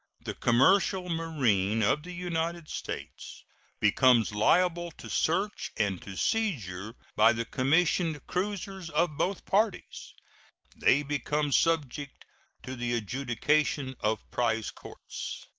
the commercial marine of the united states becomes liable to search and to seizure by the commissioned cruisers of both parties they become subject to the adjudication of prize courts.